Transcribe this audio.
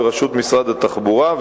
בראשות משרד התחבורה,